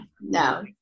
no